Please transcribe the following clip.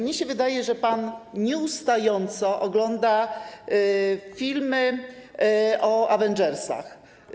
Mnie się wydaje, że pan nieustająco ogląda filmy o Avengersach.